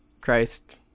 Christ